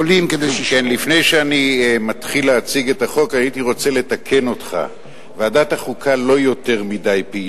התשע"א 2011. יציג את הצעת החוק יושב-ראש הוועדה דוד רותם.